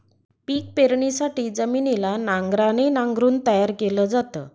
पिक पेरणीसाठी जमिनीला नांगराने नांगरून तयार केल जात